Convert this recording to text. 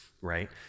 right